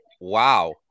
wow